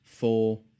Four